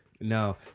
No